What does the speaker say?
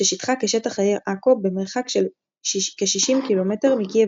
ששטחה כשטח העיר עכו במרחק של כ-60 קילומטר מקייב